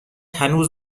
هنوز